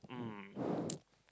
mm